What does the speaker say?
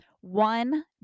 One